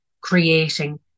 creating